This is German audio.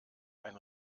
ein